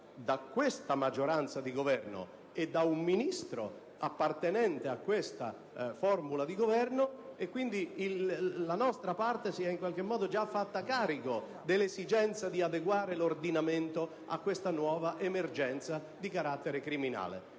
da questa maggioranza e da un Ministro appartenente a questo Governo; quindi, la nostra parte si è in qualche modo già fatta carico dell'esigenza di adeguare l'ordinamento a questa nuova emergenza di carattere criminale.